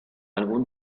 algún